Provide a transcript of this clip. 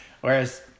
Whereas